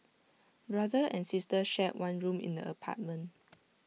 brother and sister shared one room in the apartment